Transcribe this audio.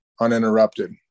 uninterrupted